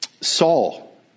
Saul